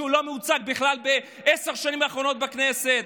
שהוא לא מיוצג בכנסת בעשר השנים האחרונות בכלל.